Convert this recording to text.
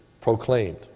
proclaimed